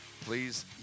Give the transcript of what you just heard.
Please